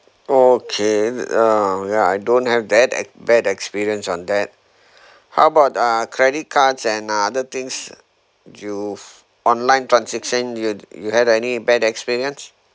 okay ya ya I don't have that uh bad experience on that how about uh credit cards and other things use online transaction you you had any bad experience